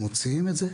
מוציאים את זה,